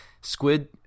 squid